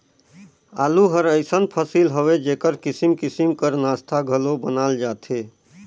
आलू हर अइसन फसिल हवे जेकर किसिम किसिम कर नास्ता घलो बनाल जाथे